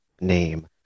name